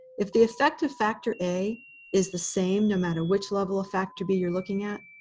if the effect of factor a is the same no matter which level of factor b you're looking at,